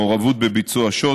מעורבות בביצוע שוד,